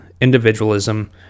individualism